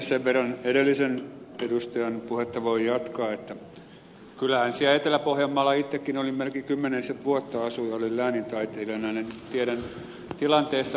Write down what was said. sen verran edellisen edustajan puhetta voin jatkaa että kyllähän siellä etelä pohjanmaalla itsekin melkein kymmenisen vuotta asuin ja olin läänintaitelijana tiedän tilanteesta